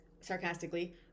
sarcastically